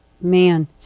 man